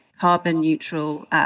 carbon-neutral